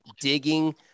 digging